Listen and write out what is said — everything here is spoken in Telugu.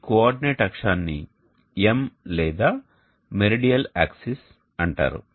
ఈ కోఆర్డినేట్ అక్షాన్ని M లేదా "మెరిడియల్ యాక్సిస్" అంటారు